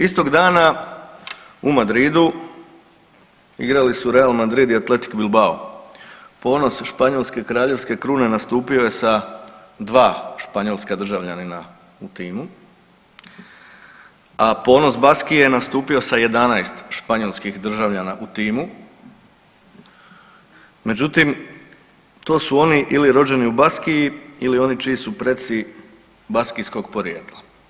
Istog dana u Madridu igrali su Real Madrid i Athletik Bilbao ponos Španjolske kraljevske krune nastupio je sa 2 španjolska državljanina u timu, a ponos Baskije je nastupio sa 11 španjolskih državljana u timu, međutim to su oni ili rođeni u Baskiji ili oni čiji su preci Baskijskog podrijetla.